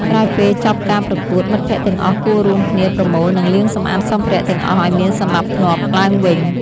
ក្រោយពេលចប់ការប្រកួត មិត្តភក្តិទាំងអស់គួររួមគ្នាប្រមូល និងលាងសម្អាតសម្ភារៈទាំងអស់ឱ្យមានសណ្ដាប់ធ្នាប់ឡើងវិញ។